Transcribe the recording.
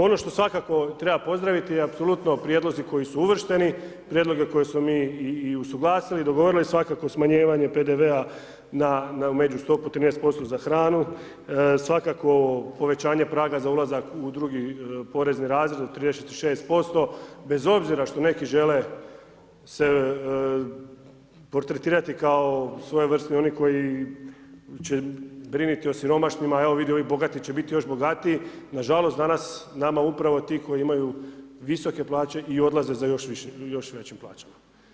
Ono što svakako treba pozdraviti je apsolutno prijedlozi koji su uvršteni, prijedloge koje smo mi i usuglasili, i dogovorili, svakako smanjivanje PDV-a na međustopu 13% za hranu, svakako povećanje praga za ulazak u drugi porezni razred od 36% bez obzira što neki žele se portretirati kao svojevrsni oni koji će brinuti o siromašnima, evo vidi ovi bogati će biti još bogatiji, nažalost danas nama upravo ti koji imaju visoke plaće i odlaze za još većim plaćama.